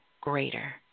greater